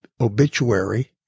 obituary